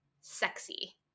sexy